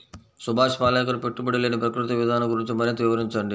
సుభాష్ పాలేకర్ పెట్టుబడి లేని ప్రకృతి విధానం గురించి మరింత వివరించండి